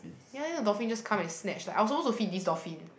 ya then the dolphin just come and snatch lah I was supposed to feed this dolphin